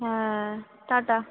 হ্যাঁ টাটা